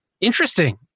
Interesting